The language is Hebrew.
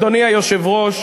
אדוני היושב-ראש,